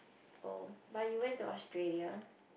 oh but you went to Australia